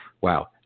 wow